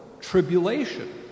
Tribulation